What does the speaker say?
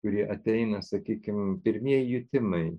kurie ateina sakykim pirmieji jutimai